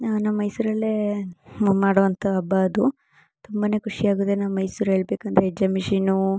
ನಮ್ಮ ಮೈಸೂರಲ್ಲೇ ನಾವು ಮಾಡುವಂಥ ಹಬ್ಬ ಅದು ತುಂಬನೇ ಖುಷಿಯಾಗುತ್ತೆ ನಮ್ಮ ಮೈಸೂರು ಹೇಳ್ಬೇಕಂದ್ರೆ ಎಕ್ಸಮಿಷಿನ್ನು